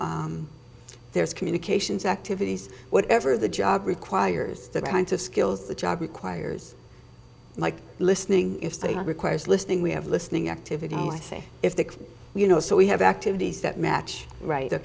there's communications activities whatever the job requires the kinds of ski the job requires mike listening if study requires listening we have listening activity i say if the you know so we have activities that match right a